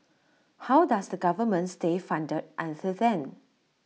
how does the government stay funded until then